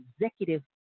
executive